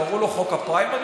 קראו לו חוק הפריימריז,